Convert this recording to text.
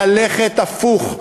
ללכת הפוך.